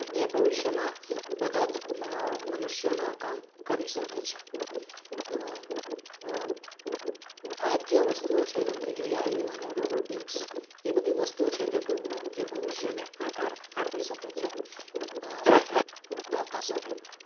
જે ભવિષ્યમાં બધાજ માં મનુષ્યના કામ કરી શકે છે તો આ જે વસ્તુઓ છે જેમકે એઆઈ અને રોબોટિક્સ એ બધી વસ્તુઓ છે જે ભવિષ્યને આકાર આપી શકે છે આવતા સમયમાં